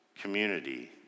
community